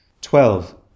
Twelve